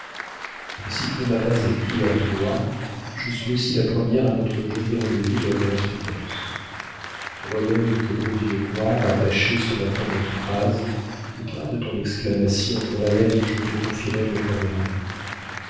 et si tu ne m'as pas écrit à blois je suis aussi la première à notre joli rendez-vous de la correspondance relève tes beaux yeux noirs attachés sur ma première phrase et garde ton exclamation pour la lettre où je te confierai mon premier amour